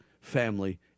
family